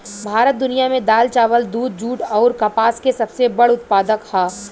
भारत दुनिया में दाल चावल दूध जूट आउर कपास के सबसे बड़ उत्पादक ह